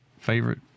favorite